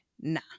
nah